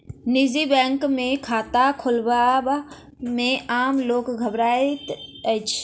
निजी बैंक मे खाता खोलयबा मे आम लोक घबराइत अछि